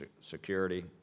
Security